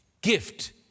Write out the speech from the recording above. gift